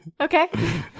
Okay